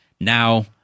Now